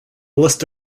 list